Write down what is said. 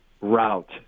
route